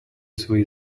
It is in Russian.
свои